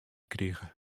krige